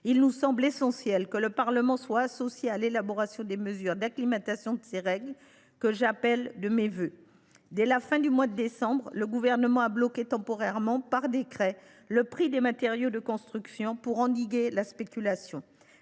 Il nous semble essentiel que le Parlement soit associé à l’élaboration des mesures d’acclimatation de ces règles, que j’appelle de mes vœux. Dès la fin du mois de décembre, le Gouvernement a temporairement bloqué par décret le prix des matériaux de construction pour endiguer la spéculation.